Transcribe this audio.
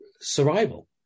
survival